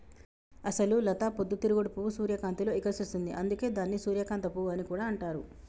అసలు లత పొద్దు తిరుగుడు పువ్వు సూర్యకాంతిలో ఇకసిస్తుంది, అందుకే దానిని సూర్యకాంత పువ్వు అని కూడా అంటారు